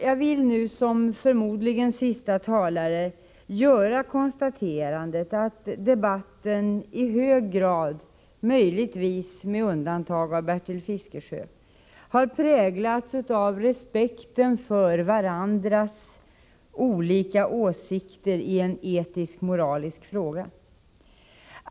Jag vill nu, som debattens förmodligen sista talare, göra konstaterandet att debatten i hög grad — möjligtvis med undantag av Bertil Fiskesjös inlägg — har präglats av respekt för olika åsikter i en etisk fråga.